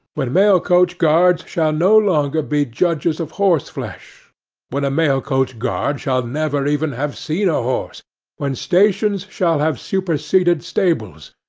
when mail-coach guards shall no longer be judges of horse-flesh when a mail-coach guard shall never even have seen a horse when stations shall have superseded stables,